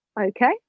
okay